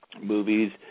movies